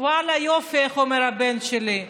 ואללה יופי, כמו שאומר הבן שלי,